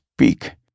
Speak